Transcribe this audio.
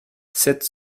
sept